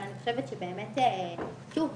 שוב,